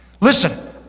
Listen